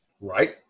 Right